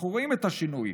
אנחנו רואים את השינוי.